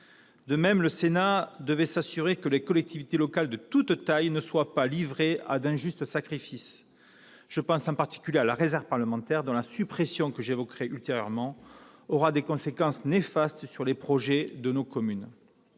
De même, le Sénat devait s'assurer que les collectivités de toutes tailles ne soient pas astreintes à d'injustes sacrifices. Je pense en particulier à la réserve parlementaire, dont la suppression, que j'évoquerai ultérieurement, aura des conséquences néfastes sur les projets de nos communes.